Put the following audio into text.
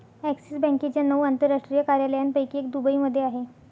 axis बँकेच्या नऊ आंतरराष्ट्रीय कार्यालयांपैकी एक दुबईमध्ये आहे